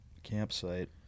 Campsite